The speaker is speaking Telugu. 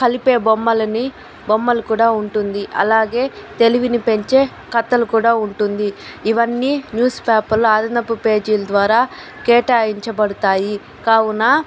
కలిపే బొమ్మలని బొమ్మలు కూడా ఉంటుంది అలాగే తెలివిని పెంచే కథలు కూడా ఉంటుంది ఇవన్నీ న్యూస్ పేపర్లో అదనపు పేజీల ద్వారా కేటాయించబడుతాయి కావున